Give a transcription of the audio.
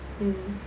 mm